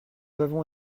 avons